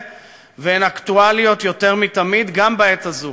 והן אקטואליות יותר מתמיד גם בעת הזו.